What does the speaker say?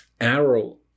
arrow